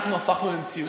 ואנחנו הפכנו למציאות.